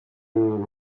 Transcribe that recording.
uru